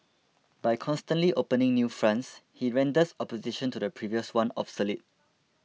by constantly opening new fronts he renders opposition to the previous one obsolete